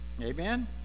amen